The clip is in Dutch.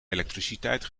elektriciteit